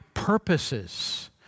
purposes